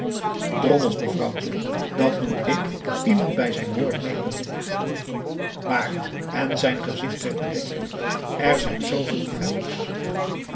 drommels mevrouwtje dat noem ik iemand bij zijn woord nemen maar en zijn gezicht werd bedenkelijk er zijn zooveel liefhebbers